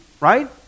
right